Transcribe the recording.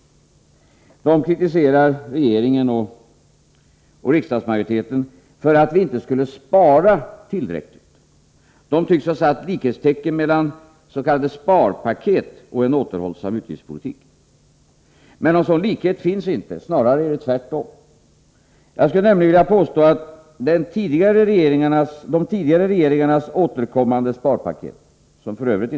De borgerliga kritiserar regeringen och riksdagsmajoriteten för att vi inte skulle ”spara” tillräckligt. De tycks ha satt likhetstecken mellan s.k. sparpaket och en återhållsam utgiftspolitik. Men någon sådan likhet finns inte — snarare är det tvärtom. Jag skulle nämligen vilja påstå att de tidigare regeringarnas återkommande sparpaket — som f.ö.